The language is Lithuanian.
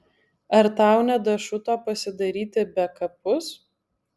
ar tau nedašuto pasidaryti bekapus